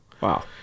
Wow